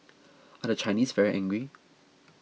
are the Chinese very angry